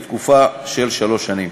לתקופה של שלוש שנים.